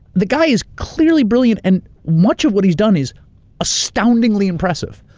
the guy is clearly brilliant, and much of what he's done is astoundingly impressive.